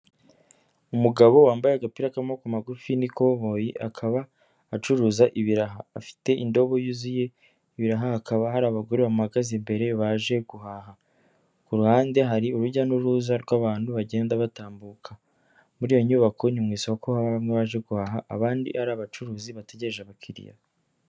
Umugabo wambaye agapira k'amaboko magufi n'ikoboyi, akaba acuruza ibiraha afite indobo yuzuye ibiraha, hakaba hari abagore bahagaze imbere baje guhaha, ku ruhande hari urujya n'uruza rw'abantu bagenda batambuka, muri iyo nyubako ni mu isoko harimo bamwe baje guhaha abandi ari abacuruzi bategereje abakiriya.